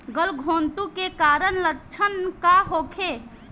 गलघोंटु के कारण लक्षण का होखे?